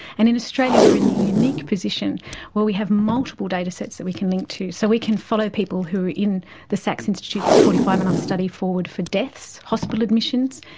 and in australia we are in the unique position where we have multiple datasets that we can link to. so we can follow people who are in the sax institute's forty five and up study forward for deaths, hospital admissions,